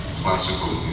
classical